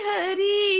Hari